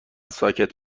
ساکت